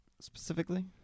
specifically